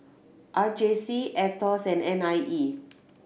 R J C Aetos and N I E